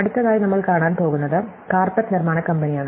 അടുത്തതായി നമ്മൾ കാണാൻ പോകുന്നത് കാർപെറ്റ് നിർമ്മാണ കമ്പനിയാണ്